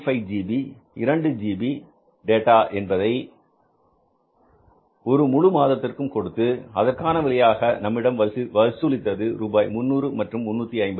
5 GB 2 GB data என்பதை ஒரு முழு மாதத்திற்கும் கொடுத்து அதற்கான விலையாக நம்மிடம் வசூலித்தது ரூபாய் 300 மற்றும் 350